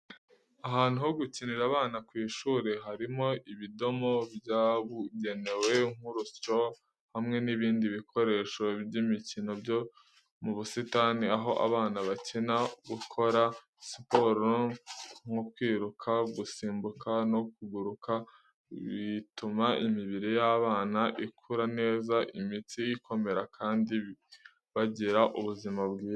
Ahantu ho gukinira abana ku ishuri, harimo ibidomo byabugenewe nk’urusyo hamwe n’ibindi bikoresho by’imikino byo mu busitani aho abana bakina. Gukora siporo nko kwiruka, gusimbuka, no kuguruka bituma imibiri y’abana ikura neza, imitsi ikomera, kandi bagira ubuzima bwiza .